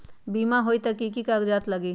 बिमा होई त कि की कागज़ात लगी?